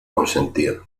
consentían